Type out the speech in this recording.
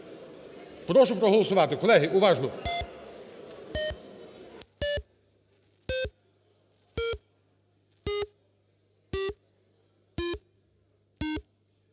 Прошу проголосувати. Колеги, уважно!